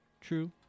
True